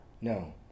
No